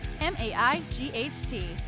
m-a-i-g-h-t